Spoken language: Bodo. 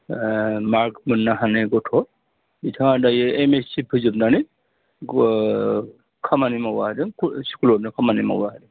मार्क मोननो हानाय गथ' बिथाङा दायो एम एस सि फोजोबनानै खामानि मावो आरो स्कुलावनो खामानि मावो आरो